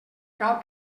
cal